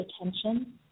attention